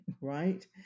right